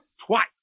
twice